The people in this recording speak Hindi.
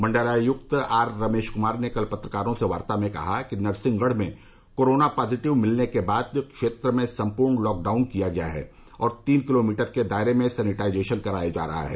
मंडलायक्त आर रमेश क्मार ने कल पत्रकारों से वार्ता में कहा कि नरसिंहगढ़ में कोरोना पॉजिटिव मिलने के बाद क्षेत्र में संपूर्ण लॉकडाउन किया गया है और तीन किलोमीटर के दायरे में सैनिटाइजेशन कराया जा रहा है